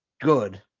good